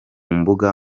mbuga